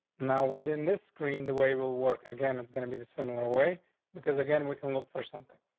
now, within this screen, the way we'll work again, it's gonna be the similar way because again we can look for something.